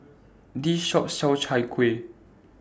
This Shop sells Chai Kueh